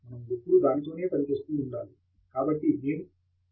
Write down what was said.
మనము ఎప్పుడూ దానితో పని చేస్తూనే ఉండాలి కాబట్టి అదే నేను కోరుకునే విషయం